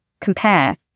compare